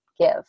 give